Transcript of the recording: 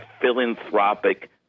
philanthropic